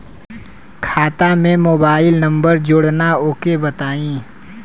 खाता में mobile number जोड़ना ओके बताई?